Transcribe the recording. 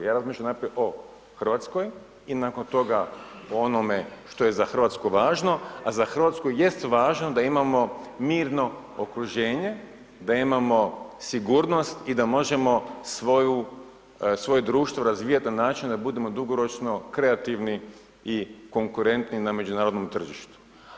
Ja razmišljam najprije o Hrvatskoj i nakon toga o onome što je za Hrvatsku važno, a za Hrvatsku jest važno da imamo mirno okruženje, da imamo sigurnost i da možemo svoje društvo razvijati na način da budemo dugoročno kreativni i konkurentni na međunarodnom tržištu.